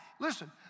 Listen